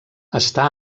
està